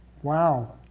Wow